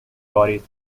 واریز